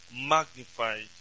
magnified